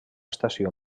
estació